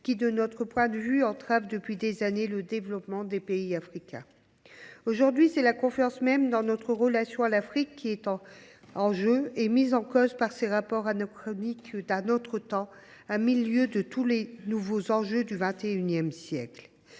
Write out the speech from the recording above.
qui, de son point de vue, entravent depuis des années le développement des pays africains. Aujourd’hui, c’est la confiance même dans notre relation à l’Afrique qui est en jeu et mise en cause par ces rapports anachroniques, d’un autre temps, à mille lieues de tous les nouveaux enjeux du XXI siècle.